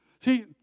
See